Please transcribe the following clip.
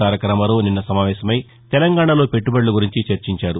తారకరామారావు నిన్న సమావేశమై తెలంగాణలో పెట్లుబడుల గురించి చర్చించారు